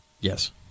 Yes